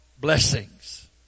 blessings